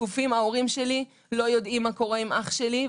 ההורים שלי לא יודעים מה קורה עם אח שלי,